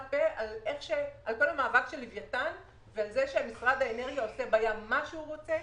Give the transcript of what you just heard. פה על כל המאבק של לוויתן ועל זה שמשרד האנרגיה עושה בים מה שהוא רוצה.